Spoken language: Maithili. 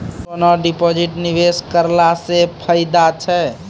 सोना डिपॉजिट निवेश करला से फैदा छै?